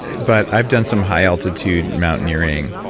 but i've done some high altitude mountaineering,